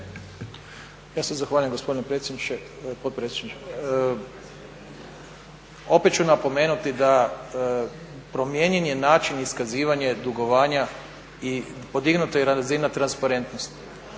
Ja se zahvaljujem gospodine predsjedniče, potpredsjedniče. Opet ću napomenuti da je promijenjen način iskazivanja dugovanja i podignuta je razina transparentnosti.